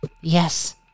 Yes